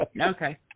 Okay